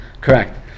correct